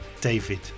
David